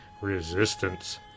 resistance